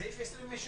לסעיף 26